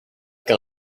kan